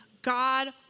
God